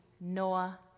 Noah